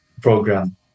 program